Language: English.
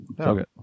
Okay